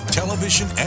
television